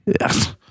Yes